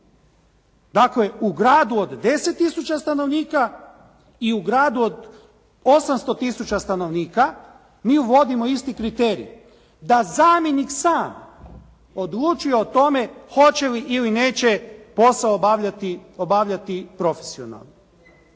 Dakle u gradu od 10 tisuća stanovnika i u gradu od 800 tisuća stanovnika mi uvodimo isti kriterij da zamjenik sam odlučuje o tome hoće li ili neće posao obavljati profesionalno.